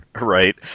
right